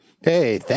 Hey